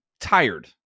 tired